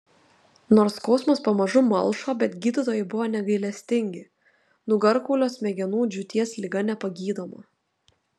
nors skausmas pamažu malšo bet gydytojai buvo negailestingi nugarkaulio smegenų džiūties liga nepagydoma